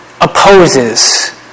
opposes